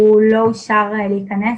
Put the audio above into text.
הוא לא אושר להיכנס.